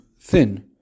thin